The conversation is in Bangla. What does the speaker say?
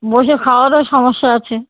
বসে খাওয়ারও সমস্যা আছে